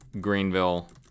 Greenville